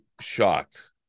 shocked